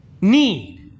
need